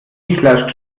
stichler